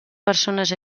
persones